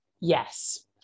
yes